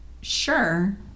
Sure